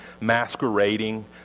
masquerading